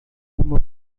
uma